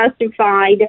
justified